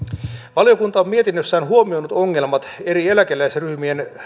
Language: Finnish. valiokunta on mietinnössään huomioinut ongelmat eri eläkeläisryhmien